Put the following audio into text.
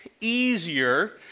easier